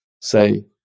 say